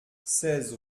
seize